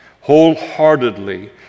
wholeheartedly